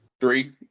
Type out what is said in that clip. Three